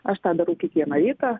aš tą darau kiekvieną rytą